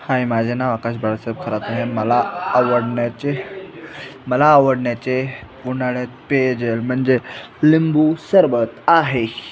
आहे माझे नाव आकाश बाळासाहेब खरात आहे मला आवडण्याचे मला आवडण्याचे उन्हाळ्यात पेयजल म्हणजे लिंबू सरबत आहे